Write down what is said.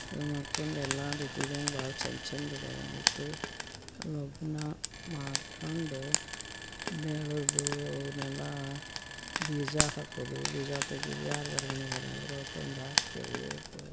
ಮಾಡ್ಕೊಂಡು ಎಲ್ಲ ರೀತಿದಿಂದ ಭಾಳ ಚಂದ ಚಂದ ಅದಾವ ಅದು ಲಗುನ ಮಾಡಿಕೊಂಡು ಬೆಳೆದು ಅವನ್ನೆಲ್ಲ ಬೀಜ ಹಾಕೋದು ಬೀಜ ತೆಗೆದು ಯಾರ್ದಾದ್ರು ಅಂದ್ರೆ ಅವು ತಂದು ಹಾಕ್ತೇವೆ ಉಳ್ತೇವೆ